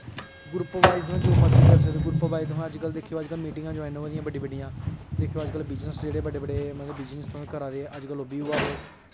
group wise तुस किश ब करी सकदे ग्रुप बाईज़ अज्ज कल बड्डी बड्डी मिटिंगा ज्वाईन होआ दियां तुस दिक्खी सकनें मतलव बिज़नस बड्डे बड्डे बिज़नस तुस करा ने ओहि बी अज्ज कल होआ दे